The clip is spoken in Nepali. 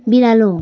बिरालो